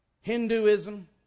Hinduism